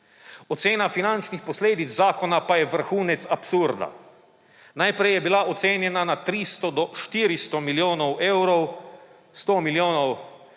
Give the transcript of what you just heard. Ocena finančnih posledic zakona pa je vrhunec absurda. Najprej je bila ocenjena na 300 do 400 milijonov evrov; 100 milijonov